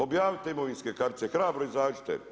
Objavite imovinske kartice, hrabro izađite.